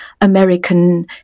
American